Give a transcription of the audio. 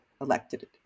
elected